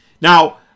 Now